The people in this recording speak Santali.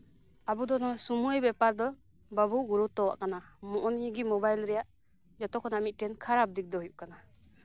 ᱟᱵᱚ ᱫᱚ ᱥᱚᱢᱚᱭ ᱵᱮᱯᱟᱨ ᱫᱚ ᱵᱟᱵᱚ ᱜᱩᱨᱩᱛᱛᱚ ᱟᱜ ᱠᱟᱱᱟ ᱱᱚᱜᱼᱚ ᱱᱤᱭᱟᱹ ᱜᱮ ᱢᱳᱵᱟᱭᱤᱞ ᱨᱮᱱᱟᱜ ᱡᱚᱛᱚᱠᱷᱚᱱᱟᱜ ᱢᱤᱫᱴᱮᱱ ᱠᱷᱟᱨᱟᱯ ᱫᱤᱠ ᱫᱚ ᱠᱟᱱᱟ